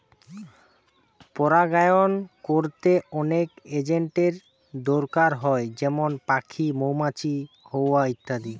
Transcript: পরাগায়ন কোরতে অনেক এজেন্টের দোরকার হয় যেমন পাখি, মৌমাছি, হাওয়া ইত্যাদি